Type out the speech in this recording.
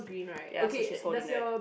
ya so she is holding it